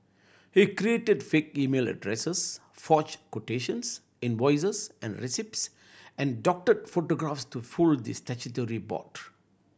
he created fake email addresses forged quotations invoices and receipts and doctored photographs to fool the statutory board